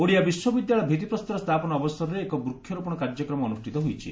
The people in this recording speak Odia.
ଓଡ଼ିଆ ବିଶ୍ୱବିଦ୍ୟାଳୟ ଭିଭିପ୍ରସ୍ଠର ସ୍ସାପନ ଅବସରରେ ଏକ ବୃକ୍ଷରୋପଣ କାର୍ଯ୍ୟକ୍ରମ ଅନୁଷିତ ହୋଇଛି